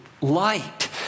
light